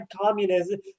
communism